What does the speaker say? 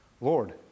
Lord